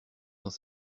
dans